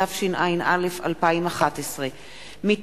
התשע"א 2011. לקריאה ראשונה,